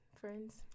friends